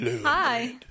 hi